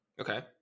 okay